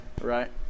Right